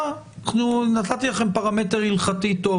נתתי לכם פרמטר הלכתי טוב.